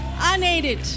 unaided